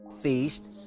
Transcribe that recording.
feast